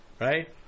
right